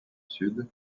sud